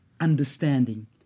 understanding